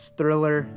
thriller